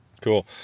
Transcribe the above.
Cool